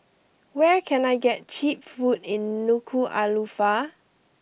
where can I get cheap food in Nuku'alofa